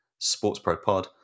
SportsProPod